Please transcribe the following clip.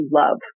love